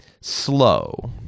slow